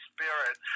Spirit